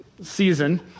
season